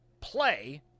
play